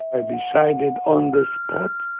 i decided on the spot